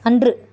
அன்று